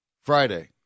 Friday